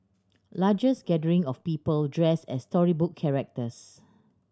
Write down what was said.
largest gathering of people dressed as storybook characters